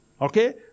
Okay